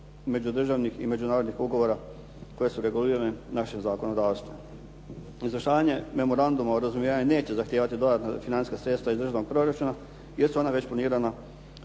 međudržavnih i međunarodnih ugovora koje su regulirane u naše zakonodavstvo. Izvršavanje Memoranduma o razumijevanju neće zahtijevati dodatna financijska sredstva iz državnog proračuna, jer su ona već planirana